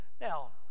Now